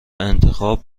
انتخاب